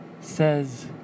says